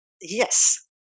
Yes